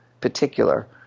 particular